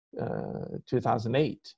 2008